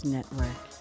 Network